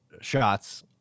shots